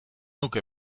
nuke